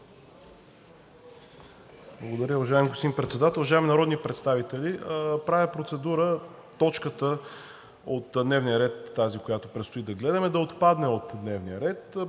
Благодаря. Уважаеми господин Председател, уважаеми народни представители! Правя процедура – точката от дневния ред, тази, която предстои да гледаме, да отпадне от дневния ред